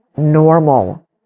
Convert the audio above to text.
normal